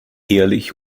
ehrlich